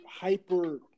hyper